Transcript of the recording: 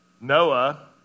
Noah